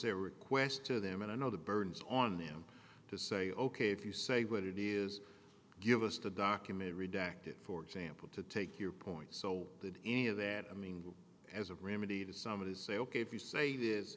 a request to them and i know the burdens on them to say ok if you say what it is give us the document redacted for example to take your point so that any of that i mean as a remedy to somebody say ok if you say this